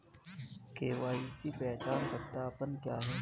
KYC पहचान सत्यापन क्या है?